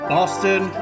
Boston